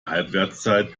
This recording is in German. halbwertszeit